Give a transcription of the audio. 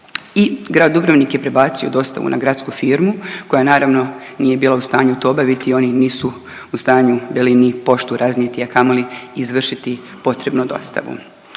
i grad Dubrovnik je prebacio dostavu na gradsku firmu, koja naravno nije bila u stanju to obaviti i oni nisu u stanju bili ni poštu raznijeti, a kamoli izvršiti potrebnu dostavu,